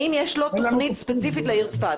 האם יש לו תוכנית ספציפית לעיר צפת?